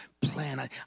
plan